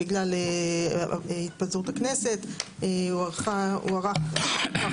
אבל בגלל התפזרות הכנסת הוא הוארך מכוח